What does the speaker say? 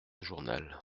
journal